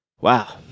wow